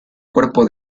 cuerpo